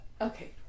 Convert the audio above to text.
Okay